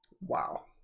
Wow